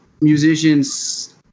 musicians